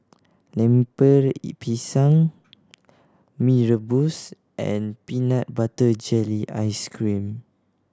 Lemper Pisang Mee Rebus and peanut butter jelly ice cream